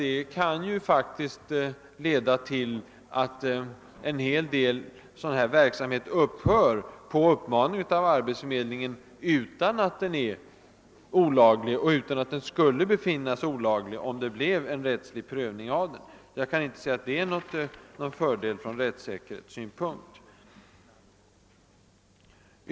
Det kan ju faktiskt leda till att en hel del sådan här verksamhet upphör på uppmaning av arbetsmarknadsstyrelsen utan att den är olaglig, dvs. utan att den skulle befinnas olaglig, om den bley föremål för rättslig prövning. Jag kan inte se att detta är någon fördel från rättssäkerhetssynpunkt.